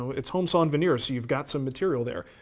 it's home sawn veneer so you've got some material there.